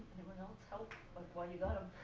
anyone else? help while you've got ah